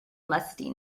musty